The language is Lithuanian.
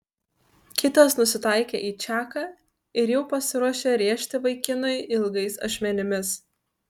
kitas nusitaikė į čaką ir jau pasiruošė rėžti vaikinui ilgais ašmenimis